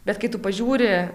bet kai tu pažiūri